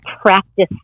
practice